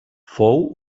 fou